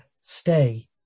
stay